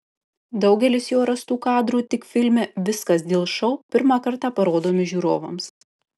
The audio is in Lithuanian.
daugelis jo rastų kadrų tik filme viskas dėl šou pirmą kartą parodomi žiūrovams